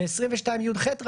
ולפי 22יח,